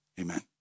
amen